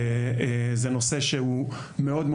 זה נושא שהוא מאוד קריטי.